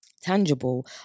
tangible